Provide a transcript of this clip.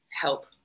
help